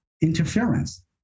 interference